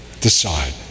decide